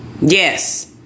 Yes